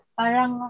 parang